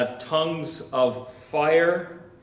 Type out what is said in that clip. ah tongues of fire.